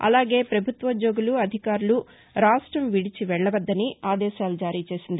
అలాగే పభుత్వోద్యోగులు అధికారులు రాష్ట్రం విడిచి వెళ్ళవద్దని ఆదేశాలు జారీ చేసింది